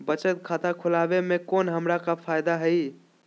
बचत खाता खुला वे में हमरा का फायदा हुई?